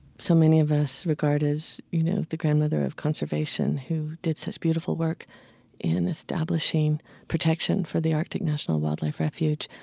so many of us regard as you know the grandmother of conservation who did such beautiful work in establishing protection for the artic national wildlife refuge.